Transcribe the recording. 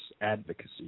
advocacy